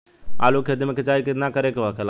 आलू के खेती में केतना सिंचाई करे के होखेला?